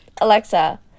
Alexa